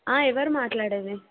ఎవరు మాట్లాడేది